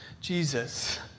Jesus